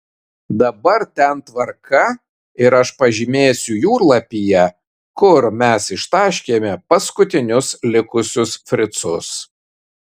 dabar ten tvarka ir aš pažymėsiu jūrlapyje kur mes ištaškėme paskutinius likusius fricus